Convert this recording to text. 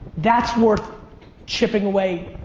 that's worth chipping away.